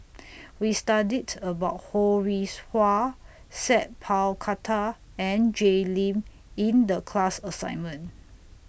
We studied about Ho Rih Hwa Sat Pal Khattar and Jay Lim in The class assignment